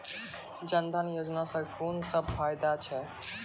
जनधन योजना सॅ कून सब फायदा छै?